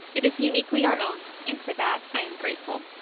it is uniquely our own and, for that, i am grateful.